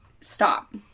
Stop